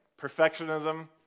Perfectionism